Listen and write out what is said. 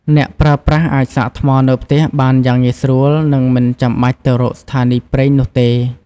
អ្នកប្រើប្រាស់អាចសាកថ្មនៅផ្ទះបានយ៉ាងងាយស្រួលនិងមិនចាំបាច់ទៅរកស្ថានីយ៍ប្រេងនោះទេ។